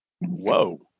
Whoa